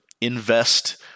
invest